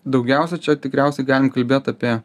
daugiausia čia tikriausiai galim kalbėt apie